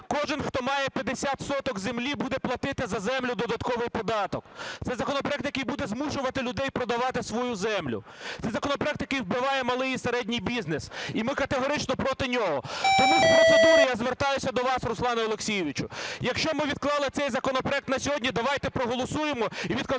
Кожен, хто має 50 соток землі, буде платити за землю додатковий податок. Це законопроект, який буде змушувати людей продавати свою землю. Це законопроект, який вбиває малий і середній бізнес, і ми категорично проти нього. Тому з процедури я звертаюся до вас, Руслане Олексійовичу. Якщо ми відклали цей законопроект на сьогодні, давайте проголосуємо і відкладемо